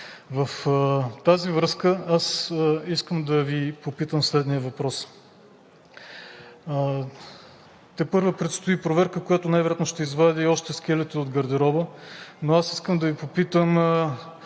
В тази връзка ще задам следния въпрос. Тепърва предстои проверка, която най-вероятно ще извади още скелети от гардероба, но аз искам да Ви попитам: